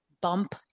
bump